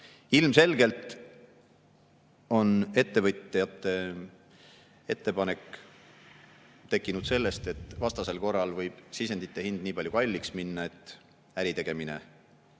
Ilmselgelt on ettevõtjate ettepanek tekkinud sellest, et vastasel korral võib sisendite hind nii palju kallimaks minna, et äritegemine